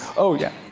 oh, yeah?